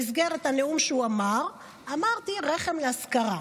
במסגרת הנאום שהוא אמר, אמרתי: רחם להשכרה.